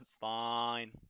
fine